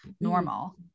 normal